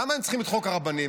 למה הם צריכים את חוק הרבנים?